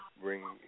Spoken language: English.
bring